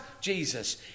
Jesus